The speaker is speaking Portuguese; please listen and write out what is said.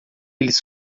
eles